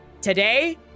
today